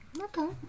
Okay